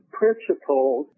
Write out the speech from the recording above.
principles